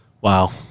Wow